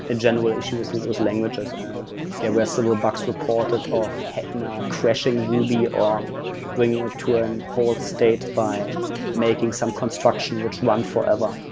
and general issue was was languages and there were several bugs reported off crashing ruby on bringing to a and whole state by making some construction which run forever.